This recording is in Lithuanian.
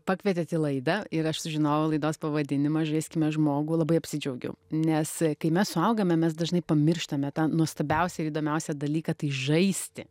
pakvietėt į laidą ir aš sužinojau laidos pavadinimą žaiskime žmogų labai apsidžiaugiau nes kai mes suaugame mes dažnai pamirštame tą nuostabiausią ir įdomiausią dalyką tai žaisti